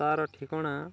ତା'ର ଠିକଣା